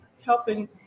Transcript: helping